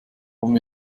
haben